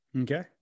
Okay